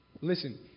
listen